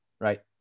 right